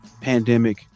pandemic